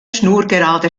schnurgerade